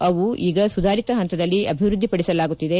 ಅವು ಈಗ ಸುಧಾರಿತ ಹಂತದಲ್ಲಿ ಅಭಿವ್ವದ್ದಿಪಡಿಸಲಾಗುತ್ತಿದೆ